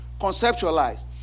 Conceptualize